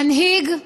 מנהיג,